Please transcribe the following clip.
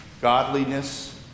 Godliness